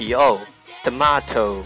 Tomato